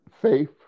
Faith